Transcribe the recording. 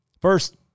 First